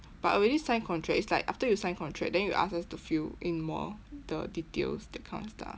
but already sign contract it's like after you sign contract then you ask us to fill in more the details that kind of stuff